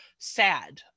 sad